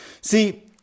See